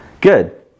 good